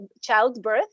childbirth